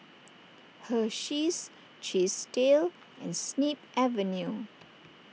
Hersheys Chesdale and Snip Avenue